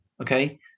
okay